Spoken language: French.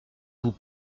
vous